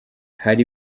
hari